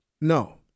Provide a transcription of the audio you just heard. No